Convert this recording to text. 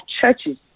churches